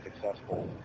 successful